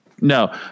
no